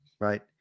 right